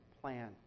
plan